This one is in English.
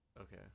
okay